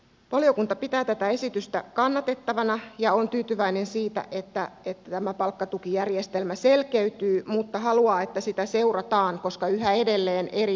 valiokunta pitää tätä esitystä kannatettavana ja on tyytyväinen siitä että tämä palkkatukijärjestelmä selkeytyy mutta haluaa että sitä seurataan koska yhä edelleen eri